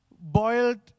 boiled